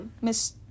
Miss